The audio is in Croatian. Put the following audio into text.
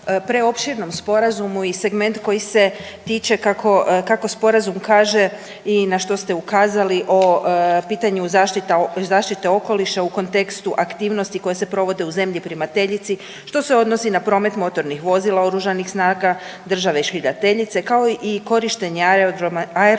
preopširnom Sporazumu i segment koji se tiče, kako Sporazum kaže, i na što ste ukazali o pitanju zaštite okoliša u kontekstu aktivnosti koje se provode u zemlji primateljici, što se odnosi na promet motornih vozila oružanih snaga države šiljateljice, kao i korištenje aerodroma